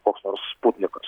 koks nors publikos